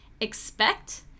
Expect